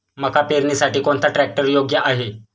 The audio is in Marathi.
मका पेरणीसाठी कोणता ट्रॅक्टर योग्य आहे?